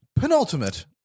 penultimate